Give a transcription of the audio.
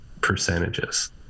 percentages